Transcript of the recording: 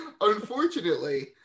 Unfortunately